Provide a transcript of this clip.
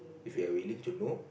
if you're willing to know